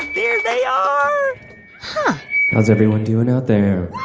there they are huh how's everyone doing out there?